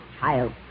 child